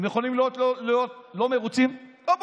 הם יכולים להיות לא מרוצים, לא בוחרים.